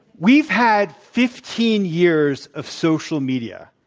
we've had fifteen years of social media.